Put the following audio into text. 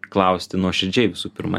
klausti nuoširdžiai visų pirma